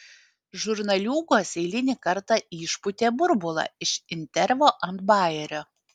žurnaliūgos eilinį kartą išpūtė burbulą iš intervo ant bajerio